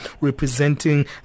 representing